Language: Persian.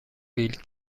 بیل